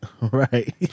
Right